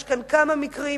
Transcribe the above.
יש כאן כמה מקרים